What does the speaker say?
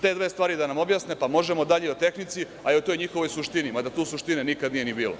Te dve stvari da nam objasne, pa možemo dalje i o tehnici, a i o toj njihovoj suštini, mada tu suštine nikad nije ni bilo.